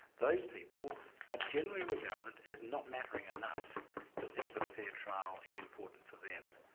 those people are generally regarded as not mattering enough to think that a fair trial is important for them.